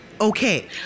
okay